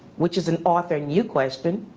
which is an author and you question.